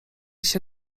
się